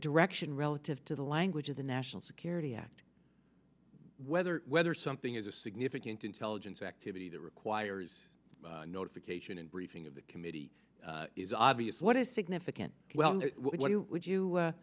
direction relative to the language of the national security act whether whether something is a significant intelligence activity that requires notification and briefing of the committee is obvious what is significant well what would you